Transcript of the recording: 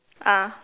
ah